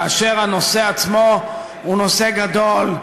כאשר הנושא עצמו הוא נושא גדול,